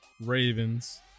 Ravens